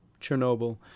Chernobyl